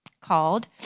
called